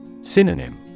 Synonym